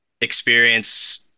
experience